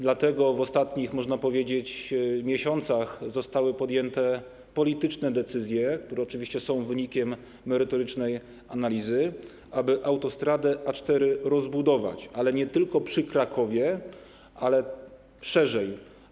Dlatego w ostatnich, można powiedzieć, miesiącach zostały podjęte polityczne decyzje, które oczywiście są wynikiem merytorycznej analizy, aby autostradę A4 rozbudować - nie tylko przy Krakowie, ale szerzej.